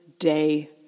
day